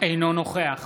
אינו נוכח